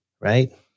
right